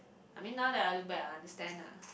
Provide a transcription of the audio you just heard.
I mean now then I look back I understand lah